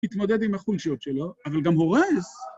מתמודד עם החונשיות שלו. - אבל גם הורס!